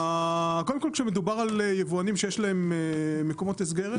קודם כל כשמדובר על יבואנים שיש להם מקומות הסגר,